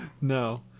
No